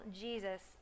Jesus